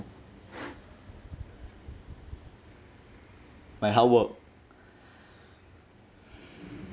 my hard work